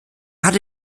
hatte